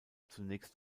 zunächst